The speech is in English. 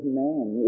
man